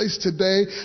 Today